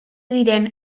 diren